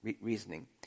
reasoning